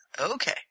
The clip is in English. Okay